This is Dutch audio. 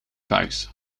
buis